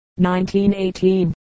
1918